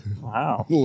Wow